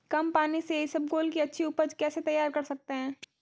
कम पानी से इसबगोल की अच्छी ऊपज कैसे तैयार कर सकते हैं?